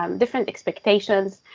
um different expectations.